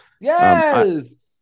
yes